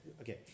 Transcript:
Okay